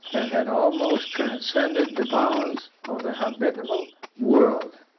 and had almost transcended the bounds of the habitable world.